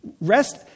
rest